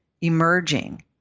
emerging